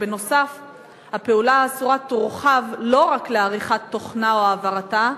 כשנוסף על כך הפעולה האסורה תורחב לא רק לעריכת תוכנה או העברתה,